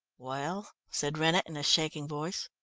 well? said rennett, in a shaking voice,